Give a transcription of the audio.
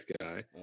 guy